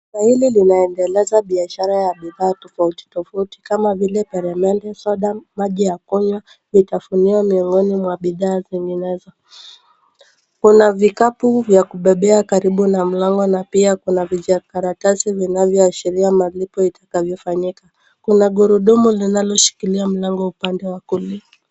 Duka hili linaendeleza biashara ya bidhaa tofauti tofauti kama vile peremende, soda, maji ya kunywa, vitafunio miongoni mwa bidhaa nyinginezo. Kuna vikapu vya kubebea karibu na mlango na pia kuna vijakaratasi vinavyoashiria malipo itakavyofanyika. Kuna gurudumu linaloshikilia mlango upande wa kulia.